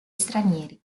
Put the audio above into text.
stranieri